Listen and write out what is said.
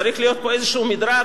צריך להיות פה איזשהו מדרג,